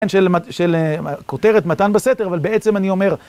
כן, של כותרת מתן בסתר, אבל בעצם אני אומר...